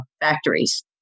factories